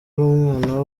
umwana